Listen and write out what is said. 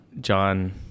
John